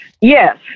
Yes